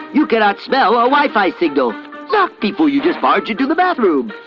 you cannot smell a wifi signal. some people, you just barge into the bathroom.